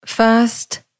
First